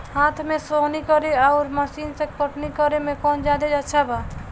हाथ से सोहनी करे आउर मशीन से कटनी करे मे कौन जादे अच्छा बा?